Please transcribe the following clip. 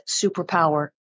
superpower